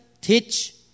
teach